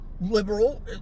Liberal